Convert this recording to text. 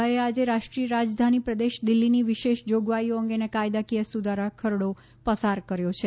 રાજ્ય સભાએ આજે રાષ્ટ્રીય રાજધાની પ્રદેશ દિલ્ફીની વિશેષ જોગવાઈઓ અંગેના કાયદાકીય સુધારા ખરડો પસાર કર્યો છે